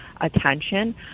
attention